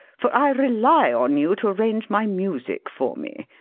for i rely on you to arrange my music for me.